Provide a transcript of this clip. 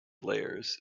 layers